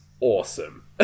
awesome